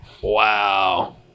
wow